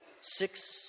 six